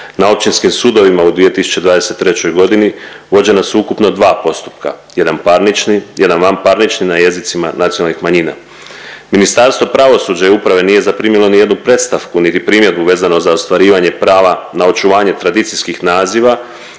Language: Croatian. Na općinskim sudovima u 2023.g. vođena su ukupno dva postupka, jedan parnični, jedan vanparnični, na jezicima nacionalnih manjina. Ministarstvo pravosuđa i uprave nije zaprimilo niti jednu predstavku, niti primjedbu vezano za ostvarivanje prava na očuvanje tradicijskih naziva